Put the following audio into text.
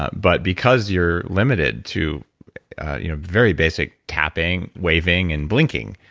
ah but because you're limited to you know very basic tapping, waving, and blinking,